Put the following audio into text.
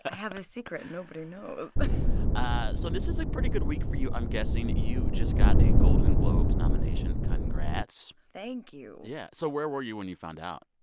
but have and a secret nobody knows ah so this is a pretty good week for you, i'm guessing. you just got a golden globes nomination. congrats thank you yeah. so where were you when you found out?